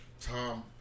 Tom